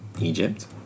Egypt